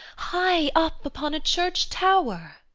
high up upon a church-tower.